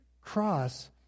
cross